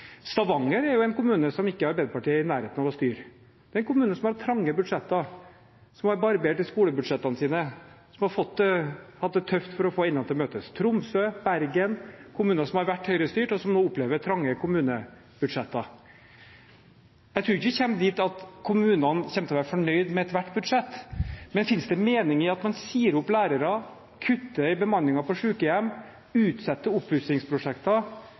Stavanger er en kommune Arbeiderpartiet ikke er i nærheten av å styre. Det er en kommune som har trange budsjetter, som har barbert skolebudsjettene sine og har hatt det tøft for å få endene til å møtes. Tromsø og Bergen er også kommuner som har vært Høyre-styrt, og som nå opplever trange kommunebudsjetter. Jeg tror ikke vi kommer dit at kommunene kommer til å være fornøyd med ethvert budsjett, men finnes det mening i at man sier opp lærere, kutter i bemanningen på